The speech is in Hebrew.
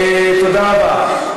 תודה רבה.